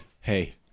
Hey